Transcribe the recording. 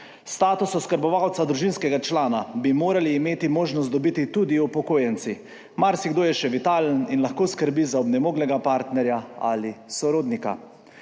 Status oskrbovalca družinskega člana bi morali imeti možnost dobiti tudi upokojenci. Marsikdo je še vitalen in lahko skrbi za onemoglega partnerja ali sorodnika.